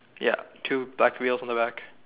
ya two black wheels on the back